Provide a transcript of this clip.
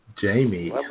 Jamie